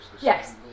Yes